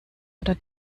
oder